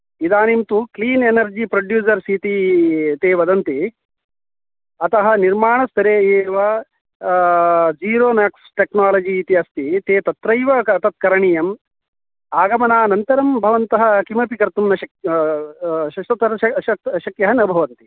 इदानीं तु clean energy producers इति ते वदन्ति अतः निर्माणस्तरे एव झीरो मेक्स् टेक्नालजी इति अस्ति ते तत्रैव तत् करणीयं आगमनानन्तरं भवन्तः किमपि कर्तुं श शशु श शक्यः न भवन्ति